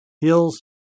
hills